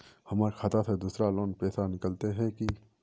हमर खाता से दूसरा लोग पैसा निकलते है की?